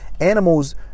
Animals